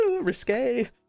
Risque